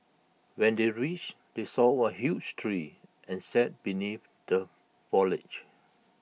when they reached they saw A huge tree and sat beneath the foliage